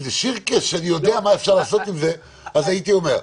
איזה שירקעס שאני יודע מה אפשר לעשות עם זה אז הייתי אומר.